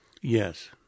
Yes